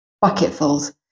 bucketfuls